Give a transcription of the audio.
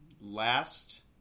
Last